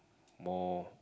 more